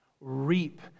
Reap